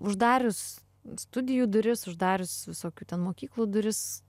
uždarius studijų duris uždarius visokių ten mokyklų duris